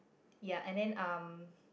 ya and then um